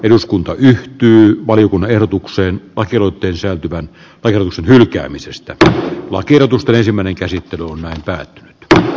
eduskunta yhtyi valiokunnan ehdotukseen vankeuteen sisältyvän perustan hylkäämisestä että laki edustaisi menninkäisiä etuna olisi tehtävissä